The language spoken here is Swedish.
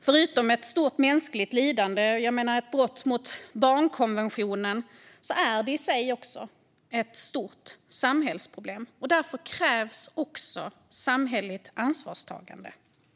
Förutom ett stort mänskligt lidande och ett brott mot barnkonventionen är det i sig också ett stort samhällsproblem. Därför krävs det ett samhälleligt ansvarstagande.